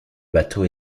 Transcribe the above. bateau